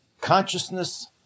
consciousness